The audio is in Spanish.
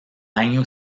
año